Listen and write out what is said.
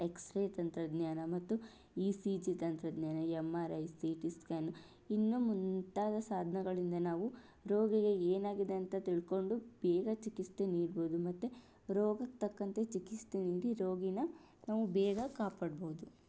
x ray ತಂತ್ರಜ್ಞಾನ ಮತ್ತು E C G ತಂತ್ರಜ್ಞಾನ M R I C T scan ಇನ್ನೂ ಮುಂತಾದ ಸಾಧನಗಳಿಂದ ನಾವು ರೋಗಿಗೆ ಏನಾಗಿದೆ ಅಂತ ತಿಳ್ಕೊಂಡು ಬೇಗ ಚಿಕಿತ್ಸೆ ನೀಡಬಹುದು ಮತ್ತು ರೋಗಕ್ಕೆ ತಕ್ಕಂತೆ ಚಿಕಿತ್ಸೆ ನೀಡಿ ರೋಗಿನ ನಾವು ಬೇಗ ಕಾಪಾಡಬಹುದು